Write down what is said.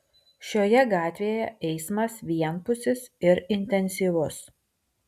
šioje gatvėje eismas vienpusis ir intensyvus